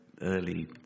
early